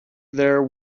there